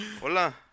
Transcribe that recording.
Hola